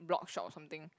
blog shop or something